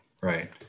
right